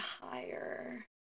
higher